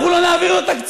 אנחנו לא נעביר לו תקציבים.